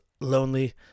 Lonely